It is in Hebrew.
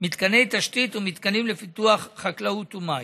מתקני תשתית ומתקנים לפיתוח חקלאות ומים.